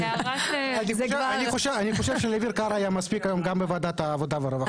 אני חושב שלאביר קארה היה מספיק גם בוועדת העבודה והרווחה.